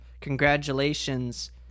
Congratulations